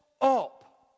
up